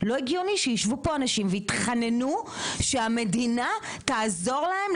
לא הגיוני שיישבו פה אנשים ויתחננו שהמדינה תעזור להם,